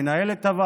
את מנהלת הוועדה,